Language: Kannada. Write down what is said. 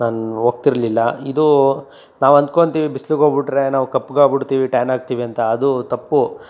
ನಾನು ಹೋಗ್ತಿರ್ಲಿಲ್ಲ ಇದು ನಾವು ಅಂದ್ಕೊಳ್ತೀವಿ ಬಿಸ್ಲಿಗೆ ಹೋಗ್ಬಿಟ್ರೆ ನಾವು ಕಪ್ಪಗೆ ಆಗಿಬಿಡ್ತೀವಿ ಟ್ಯಾನ್ ಆಗ್ತೀವಿ ಅಂತ ಅದು ತಪ್ಪು